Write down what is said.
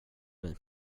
mig